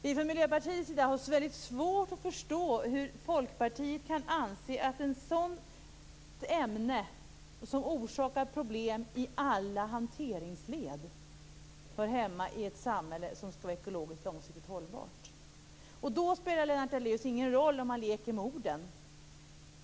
Vi från Miljöpartiets sida har väldigt svårt att förstå hur Folkpartiet kan anse att ett sådant ämne som orsakar problem i alla hanteringsled hör hemma i ett samhälle som skall vara ekologiskt, långsiktigt hållbart. Då spelar det ingen roll, Lennart Daléus, om man leker med orden.